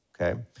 Okay